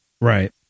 Right